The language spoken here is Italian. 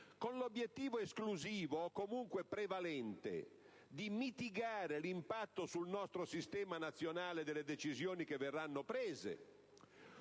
con l'obiettivo esclusivo, comunque prevalente, di mitigare l'impatto sul nostro sistema nazionale delle decisioni che verranno prese?